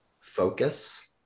focus